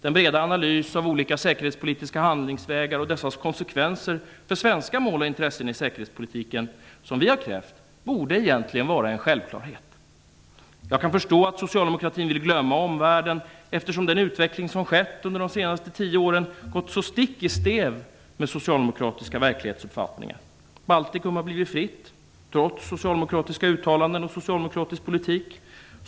Den breda analys som vi har krävt av olika säkerhetspolitiska handlingsvägar och dessas konsekvenser för svenska mål och intressen i säkerhetspolitiken borde egentligen vara en självklarhet. Jag kan förstå att socialdemokraterna vill glömma omvärlden, eftersom den utveckling som skett under de senaste tio åren gått så stick i stäv med socialdemokratiska verklighetsuppfattningar. Baltikum har blivit fritt, trots socialdemokratiska uttalanden och socialdemokratisk politik.